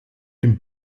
dem